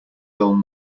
dull